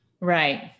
Right